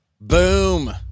Boom